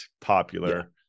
popular